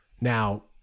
Now